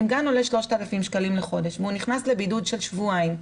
אם גן עולה 3,000 שקלים לחודש והוא נכנס לבידוד של שבועיים,